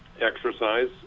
exercise